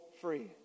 free